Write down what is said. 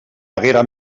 haguera